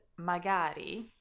magari